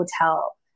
hotel